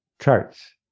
charts